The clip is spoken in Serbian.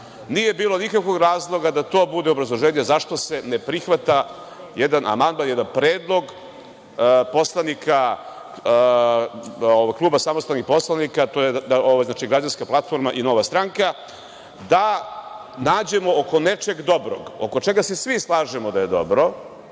Nije bilo nikakvog razloga da to bude obrazloženje zašto se ne prihvata jedan amandman, jedan predlog poslanika, kluba samostalnih poslanika, a to je građanska platforma i nova stranka, da nađemo oko nečeg dobrog, oko čega se svi slažemo da je dobro,